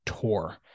tour